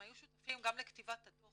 הם היו שותפים גם לכתיבת הדו"ח,